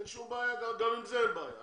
אין שום בעיה, גם עם זה אין בעיה.